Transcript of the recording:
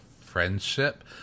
friendship